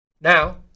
Now